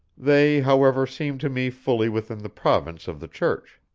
they, however, seem to me fully within the province of the church.